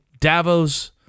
Davos